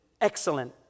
excellent